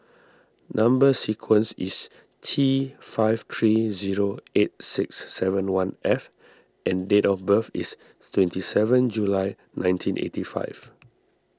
Number Sequence is T five three zero eight six seven one F and date of birth is twenty seven July nineteen eighty five